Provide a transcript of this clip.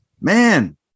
man